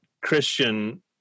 Christian